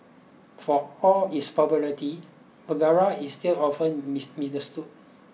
for all its popularity Viagra is still often misunderstood